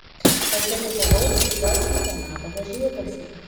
aš dalyvavau dziudo čempionato varžybose